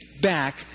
back